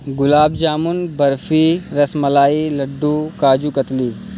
گلاب jamun barfi rasmalai laddoo kaju katli